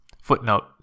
footnote